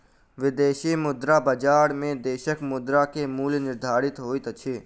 विदेशी मुद्रा बजार में देशक मुद्रा के मूल्य निर्धारित होइत अछि